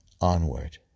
onward